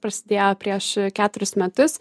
prasidėjo prieš keturis metus